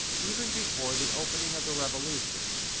even before the opening of the revolution,